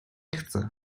chcę